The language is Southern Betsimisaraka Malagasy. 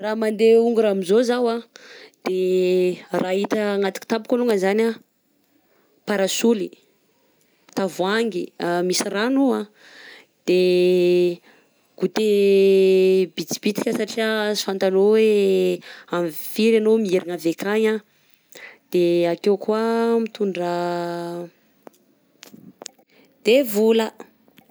Raha mande hongora amin'izao zaho a, de raha hita anaty kitapoko alongany a zany a parasolo, tavoangy a misy rano io a de gouter bisibisika satria sy fantanao heo amin'ny firy enao no mierigna avy ankagny de ake koa mitondra de vola.